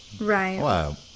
Right